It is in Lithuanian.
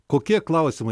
kokie klausimai